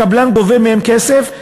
הקבלן גובה מהם כסף,